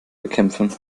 bekämpfen